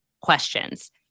questions